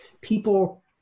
people